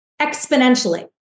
exponentially